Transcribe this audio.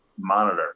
Monitor